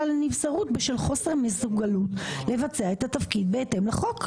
לנבצרות בשל חוסר מסוגלות לבצע את התפקיד בהתאם לחוק.